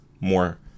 more